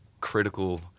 critical